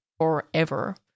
forever